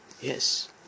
Yes